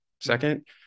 second